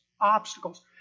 obstacles